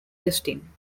testing